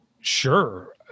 Sure